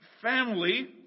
family